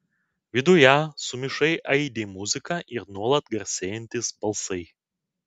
viduje sumišai aidi muzika ir nuolat garsėjantys balsai